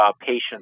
patients